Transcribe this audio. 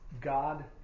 God